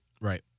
Right